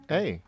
Hey